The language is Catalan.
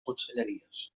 conselleries